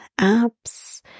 apps